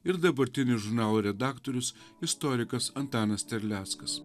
ir dabartinis žurnalo redaktorius istorikas antanas terleckas